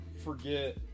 Forget